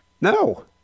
No